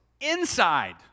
inside